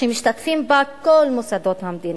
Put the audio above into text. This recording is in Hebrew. שמשתתפים בה כל מוסדות המדינה,